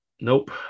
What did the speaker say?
nope